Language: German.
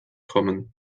kommen